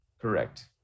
Correct